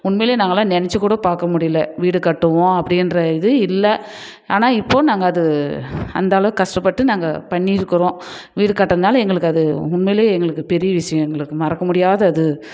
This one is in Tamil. உண்மையிலே நாங்களெலாம் நினச்சிக்கூட பார்க்க முடியல வீடு கட்டுவோம் அப்படின்ற இது இல்லை ஆனால் இப்போது நாங்கள் அது அந்தளவுக்கு கஷ்டப்பட்டு நாங்கள் பண்ணி இருக்கிறோம் வீடு கட்டின்னால எங்களுக்கு அது உண்மையிலே எங்களுக்கு பெரிய விஷயம் எங்களுக்கு மறக்க முடியாத அது